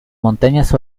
montañas